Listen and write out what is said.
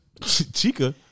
Chica